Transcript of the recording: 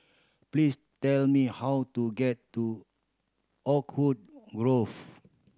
please tell me how to get to Oakwood Grove